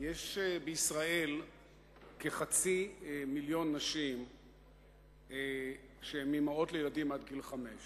יש בישראל כחצי מיליון נשים שהן אמהות לילדים עד גיל חמש.